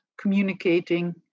communicating